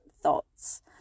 thoughts